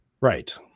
Right